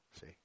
see